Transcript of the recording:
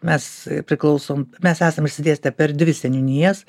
mes priklausom mes esam išsidėstę per dvi seniūnijas